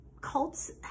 cults